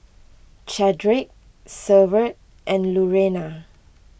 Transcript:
Chadrick Severt and Lurena